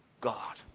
God